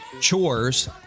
chores